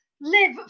live